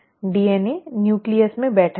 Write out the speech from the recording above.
DNA nucleus में बैठा है